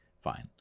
fine